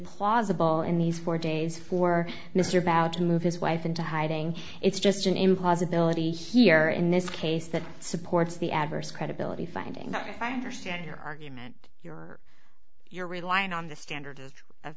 plausible in these four days for mr ballard to move his wife into hiding it's just an impossibility here in this case that supports the adverse credibility finding that if i understand your argument you're you're relying on the standard as a